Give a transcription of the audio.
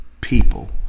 people